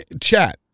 Chat